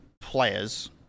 players